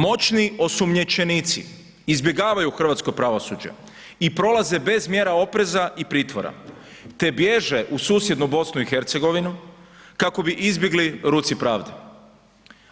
Moćni osumnjičenici izbjegavaju hrvatsko pravosuđe i prolaze bez mjera opreza i pritvora te bježe u susjednu BiH kako bi izbjegli ruci pravde,